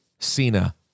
Cena